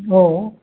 औ